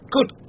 Good